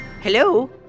Hello